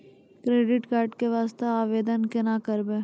Credit card के वास्ते आवेदन केना करबै?